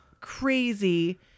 Crazy